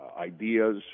ideas